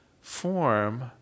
form